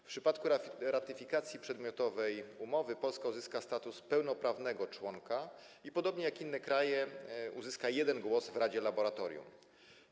W przypadku ratyfikacji przedmiotowej umowy Polska uzyska status pełnoprawnego członka i podobnie jak inne kraje uzyska jeden głos w radzie laboratorium.